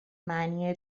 معنی